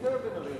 קודם בן-ארי